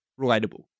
Relatable